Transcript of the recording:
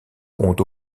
compte